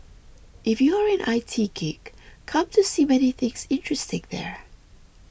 if you are an I T geek come to see many things interesting there